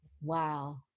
Wow